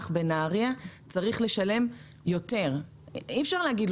הציבור בסוף משלם יותר כסף.